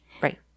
Right